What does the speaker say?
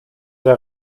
der